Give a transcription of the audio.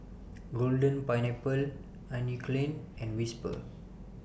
Golden Pineapple Anne Klein and Whisper